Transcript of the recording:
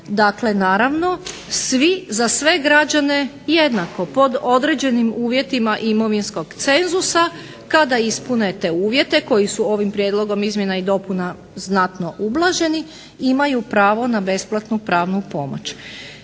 dakle naravno svi, za sve građane jednako, pod određenim uvjetima imovinskog cenzusa kada ispune te uvjete koji su ovim prijedlogom izmjena i dopuna znatno ublaženi imaju pravo na besplatnu pravnu pomoć.